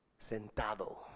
Sentado